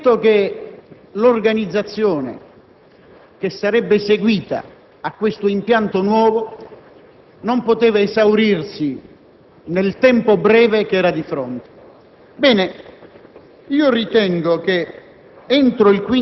occupa quindi una postazione di grande responsabilità e per la legge che è stata licenziata nella scorsa legislatura deve essere il responsabile esclusivo di tutte queste prerogative.